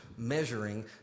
Measuring